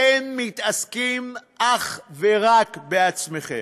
אתם מתעסקים אך ורק בעצמכם,